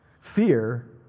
Fear